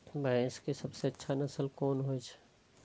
भैंस के सबसे अच्छा नस्ल कोन होय छे?